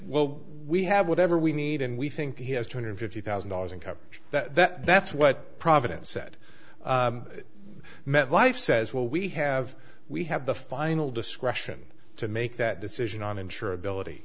well we have whatever we need and we think he has two hundred fifty thousand dollars in coverage that that's what providence said met life says well we have we have the final discretion to make that decision on insurability